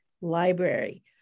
Library